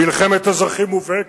מלחמת אזרחים מובהקת.